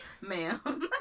ma'am